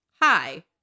hi